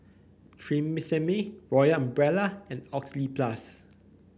Tresemme Royal Umbrella and Oxyplus